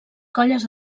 colles